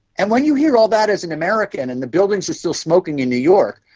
and when you hear all that as an american and the buildings are still smoking in new york,